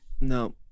no